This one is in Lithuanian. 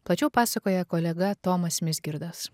plačiau pasakoja kolega tomas mizgirdas